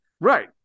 right